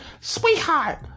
sweetheart